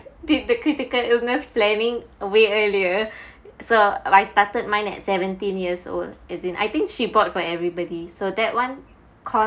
did the critical illness planning way earlier so I started mine at seventeen years old as in I think she bought for everybody so that [one] cost